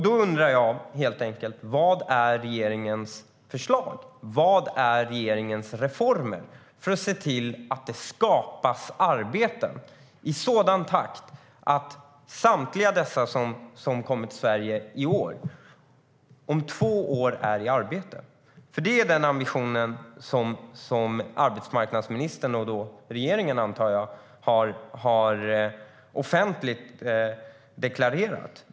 Då undrar jag: Vad är regeringens förslag? Vilka är regeringens reformer för att se till att det skapas arbeten i sådan takt att samtliga som kommer till Sverige i år är i arbete om två år? Det är den ambition som arbetsmarknadsministern och regeringen offentligt har deklarerat.